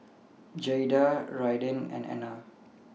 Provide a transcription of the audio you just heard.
Jaeda Raiden and Ena